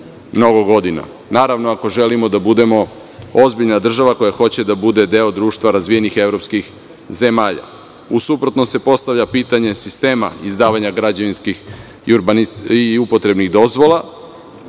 naravno, ako želimo da budemo ozbiljna država koja hoće da bude deo društva razvijenih evropskih zemalja. U suprotnom se postavlja pitanje sistema izdavanja građevinskih i upotrebnih dozvola